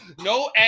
no